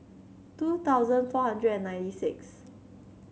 two thousand four hundred and ninety six